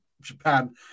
Japan